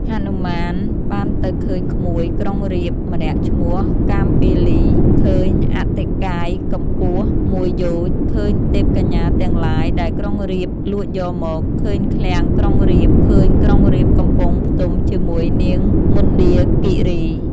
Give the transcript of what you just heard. ហនុមានបានទៅឃើញក្មួយក្រុងរាពណ៍ម្នាក់ ឈ្មោះ កាមពាលី ឃើញអតិកាយកម្ពស់មួយយោជន៍ ឃើញទេពកញ្ញាទាំងឡាយ ដែលក្រុងរាពណ៌លួចយកមក ឃើញឃ្លាំងក្រុងរាពណ៍ ឃើញក្រុងរាពណ៍កំពុងផ្ទុំជាមួយនាងមណ្ឌាគីរី។